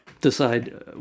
decide